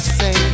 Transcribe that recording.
say